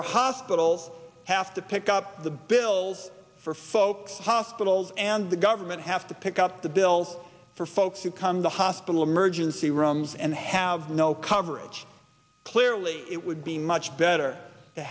hospitals have to pick up the bills for folks hospitals and the government have to pick up the bill for folks who come to hospital emergency rooms and have no coverage clearly it would be much better to